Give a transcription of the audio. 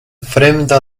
fremda